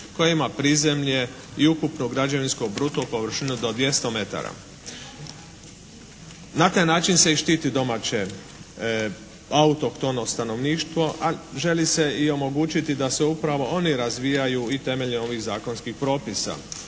koje ima prizemlje i ukupnu građevinsku bruto površinu do 200 metara. Na taj način se i štiti domaće autohtono stanovništvo a želi se i omogućiti da se upravo oni razvijaju i temeljem ovih zakonskih propisa.